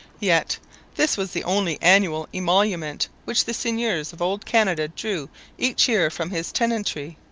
yet this was the only annual emolument which the seigneur of old canada drew each year from his tenantry.